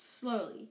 slowly